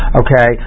okay